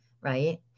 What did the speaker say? right